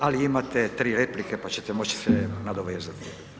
Ali imate tri replike, pa ćete moći sve nadovezati.